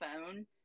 phone